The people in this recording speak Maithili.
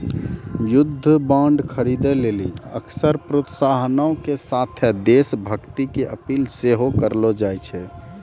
युद्ध बांड खरीदे लेली अक्सर प्रोत्साहनो के साथे देश भक्ति के अपील सेहो करलो जाय छै